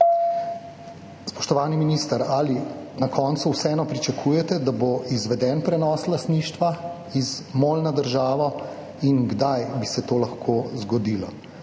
Spoštovani minister: Ali na koncu vseeno pričakujete, da bo izveden prenos lastništva iz MOL na državo in kdaj bi se to lahko zgodilo?